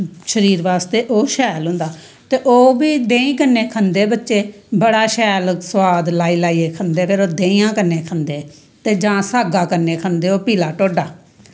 शरीर बास्तै ओह् शैल होंदा ते ओह्बी देहीं कन्नै खंदे बच्चे बड़ा शैल सोआद लाई लाइयै खंदे बच्चे ते देहियां कन्नै खंदे ते जां साग्गा कन्नै खंदे ओह् पीला ढोडा